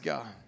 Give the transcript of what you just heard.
God